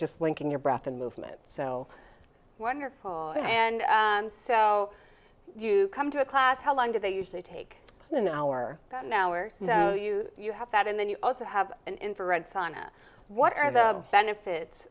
just linking your breath and movement so wonderful and so you come to a class how long do they usually take an hour that an hour no you you have that and then you also have an infrared sauna what are the benefits